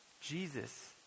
Jesus